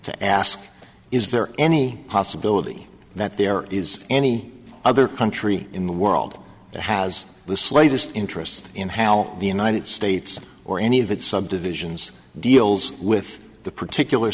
to ask is there any possibility that there is any other country in the world that has the slightest interest in how the united states or any of its subdivisions deals with the particular